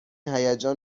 هیجان